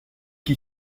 qui